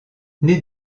née